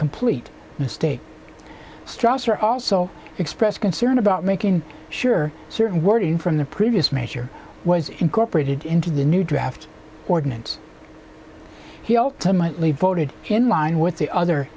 complete mistake strasser also expressed concern about making sure certain wording from the previous measure was incorporated into the new draft ordinance he ultimately voted in line with the other